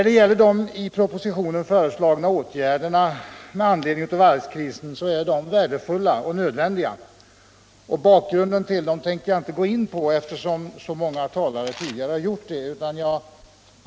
De åtgärder som föreslås i propositionen med anledning av varvskrisen är värdefulla och nödvändiga. Bakgrunden till de åtgärderna tänker jag här inte gå in på, eftersom så många tidigare talare har gjort det.